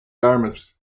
yarmouth